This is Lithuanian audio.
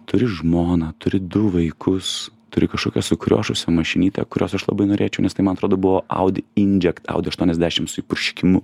turi žmoną turi du vaikus turi kažkokią sukriošusią mašinytę kurios aš labai norėčiau nes tai man atrodo buvo audi indžekt audi aštuoniasdešim su įpurškimu